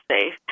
safe